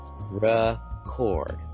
Record